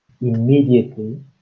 immediately